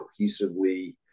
cohesively